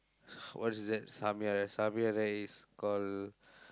what is that something like that something like that is call